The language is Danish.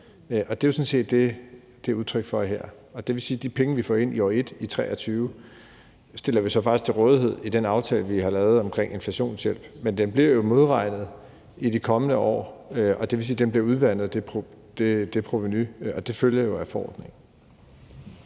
Det er jo sådan set det, som det er udtryk for her. Det vil sige, at de penge, vi får ind i år 1, altså 2023, stiller vi så faktisk til rådighed i den aftale, vi har lavet om inflationshjælp. Men det bliver jo modregnet i de kommende år, og det vil sige, at provenuet bliver udvandet. Det følger jo af forordningen.